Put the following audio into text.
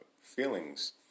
feelings